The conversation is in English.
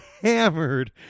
hammered